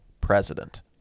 president